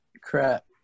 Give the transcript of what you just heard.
crap